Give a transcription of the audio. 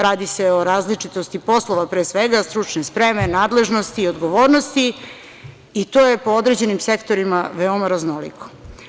Radi se o različitosti poslova, pre svega, stručne spreme, nadležnosti i odgovornosti i to je po određenim sektorima veoma raznoliko.